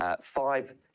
five